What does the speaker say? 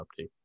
update